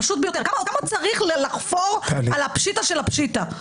פשוט ביותר, כמה צריך לחפור על הפשיטא של הפשיטא.